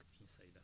inside